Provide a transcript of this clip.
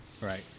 right